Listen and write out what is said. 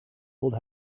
old